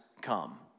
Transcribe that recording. come